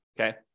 okay